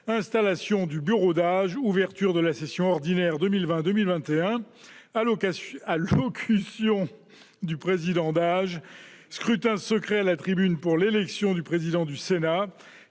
-Installation du bureau d'âge ; -Ouverture de la session ordinaire 2020-2021 ; -Allocution du président d'âge ; -Scrutin secret à la tribune pour l'élection du président du Sénat